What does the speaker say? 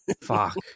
Fuck